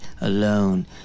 alone